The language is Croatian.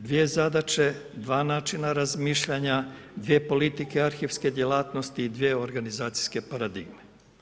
Dvije zadaće, dva načina razmišljanja, dvije politike arhivske djelatnosti i dvije organizacijske paradigme.